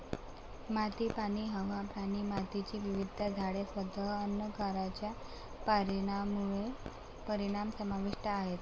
माती, पाणी, हवा, प्राणी, मातीची विविधता, झाडे, स्वतः अन्न कारच्या परिणामामध्ये परिणाम समाविष्ट आहेत